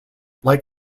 like